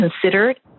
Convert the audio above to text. considered